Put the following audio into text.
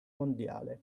mondiale